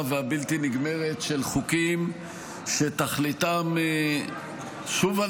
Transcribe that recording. והבלתי-נגמרת של חוקים שתכליתם --- שוב,